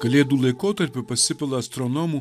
kalėdų laikotarpiu pasipila astronomų